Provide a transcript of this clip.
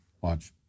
Watch